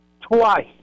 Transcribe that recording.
Twice